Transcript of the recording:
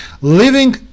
Living